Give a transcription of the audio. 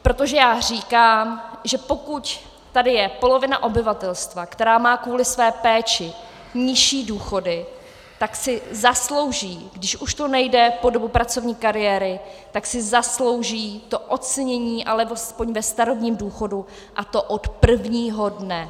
Protože já říkám, že pokud tady je polovina obyvatelstva, která má kvůli své péči nižší důchody, tak si zaslouží, když už to nejde po dobu pracovní kariéry, tak si zaslouží to ocenění alespoň ve starobním důchodu, a to od prvního dne.